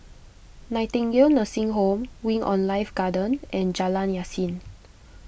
Nightingale Nursing Home Wing on Life Garden and Jalan Yasin